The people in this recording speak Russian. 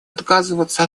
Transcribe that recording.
отказываться